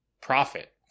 profit